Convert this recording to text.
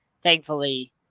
thankfully